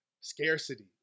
scarcity